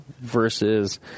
versus